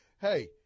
hey